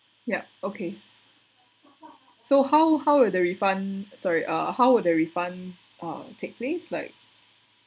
yup okay so how how will the refund sorry uh how would a refund uh take place like